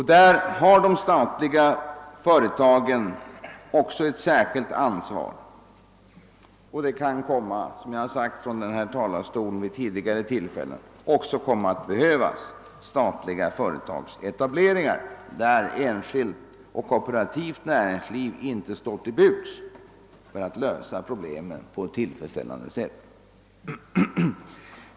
I detta avseende har de statliga företagen också ett särskilt stort ansvar, och det kan — som jag vid tidigare tillfällen sagt från denna talarstol — också komma att behövas statlig företagsetablering på orter där kooperativt och enskilt näringsliv inte står till buds för att lösa problemen på ett tillfredsställande sätt.